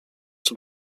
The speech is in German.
zum